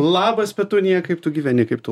labas petunija kaip tu gyveni kaip tu